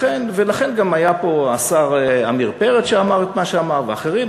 גם היה פה השר עמיר פרץ שאמר את מה שאמר, ואחרים.